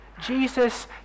Jesus